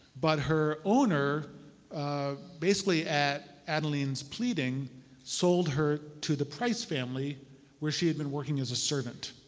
but her owner basically at adeline's pleading sold her to the price family where she had been working as a servant.